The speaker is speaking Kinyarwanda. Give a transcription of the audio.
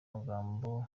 magambo